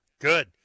Good